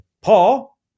Paul